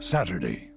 Saturday